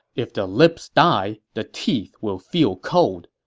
if the lip dies, the teeth will feel cold.